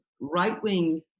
right-wing